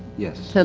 yes. so